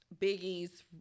Biggie's